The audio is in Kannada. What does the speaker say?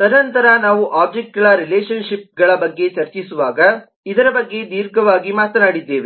ತದನಂತರ ನಾವು ಒಬ್ಜೆಕ್ಟ್ಗಳ ರಿಲೇಶನ್ ಶಿಪ್ಗಳ ಬಗ್ಗೆ ಚರ್ಚಿಸುವಾಗ ಇದರ ಬಗ್ಗೆ ದೀರ್ಘವಾಗಿ ಮಾತನಾಡಿದ್ದೇವೆ